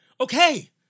Okay